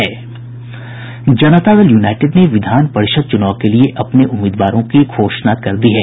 जनता Dal United ने विधान परिषद चुनाव के लिए अपने उम्मीदवारों की घोषणा कर दी है